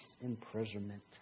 imprisonment